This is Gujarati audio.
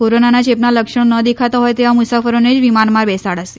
કોરોનાના ચેપના લક્ષણો ન દેખાતા હોય તેવા મુસાફરોને જ વિમાનમાં બેસાડાશે